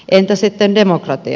entä sitten demokratia